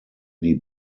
die